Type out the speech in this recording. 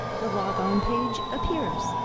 the log on page appears.